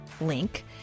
link